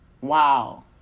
Wow